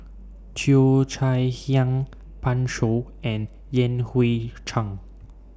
Cheo Chai Hiang Pan Shou and Yan Hui Chang